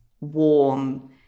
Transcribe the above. warm